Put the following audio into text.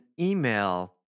email